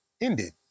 ended